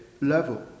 level